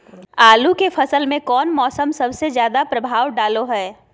आलू के फसल में कौन मौसम सबसे ज्यादा प्रभाव डालो हय?